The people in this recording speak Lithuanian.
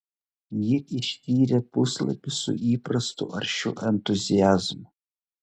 ji ištyrė puslapį su įprastu aršiu entuziazmu